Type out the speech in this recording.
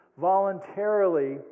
voluntarily